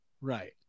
Right